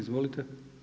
Izvolite.